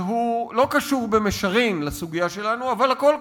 שלא קשור במישרין לסוגיה שלנו, אבל הכול קשור.